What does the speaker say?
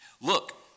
Look